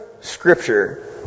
Scripture